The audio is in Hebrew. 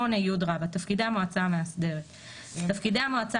תפקידי המועצה המאסדרת 8י. "תפקידי המועצה